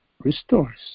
restores